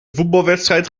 voetbalwedstrijd